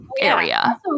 area